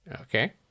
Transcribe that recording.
okay